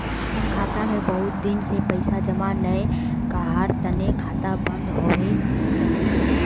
हम खाता में बहुत दिन से पैसा जमा नय कहार तने खाता बंद होबे केने?